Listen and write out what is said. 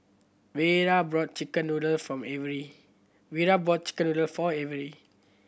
Vera brought chicken noodles from Averi Vera brought chicken noodles for Averi